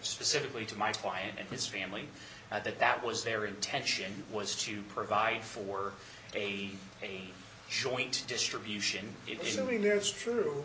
specifically to my client and his family that that was their intention was to provide for a joint distribution in remarriage t